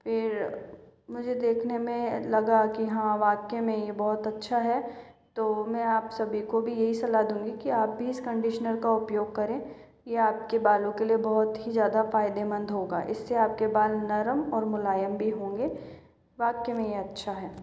फिर मुझे देखने में लगा कि हाँ वाकई में यह बहुत अच्छा है तो मैं आप सभी को भी यही सलाह दूंगी कि आप भी इस कंडीशनर का उपयोग करें यह आपके बालों के लिए बहुत ही ज़्यादा फायदेमंद होगा इससे आपके बाल नरम और मुलायम भी होंगे वाकई में यह अच्छा है